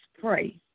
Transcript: pray